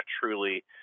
truly